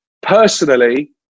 Personally